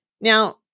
Now